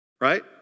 right